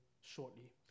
shortly